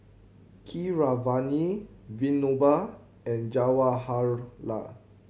Keeravani Vinoba and Jawaharlal